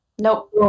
Nope